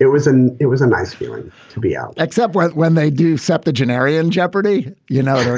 it was an it was a nice feeling to be out, except when when they do septuagenarian jeopardy you know,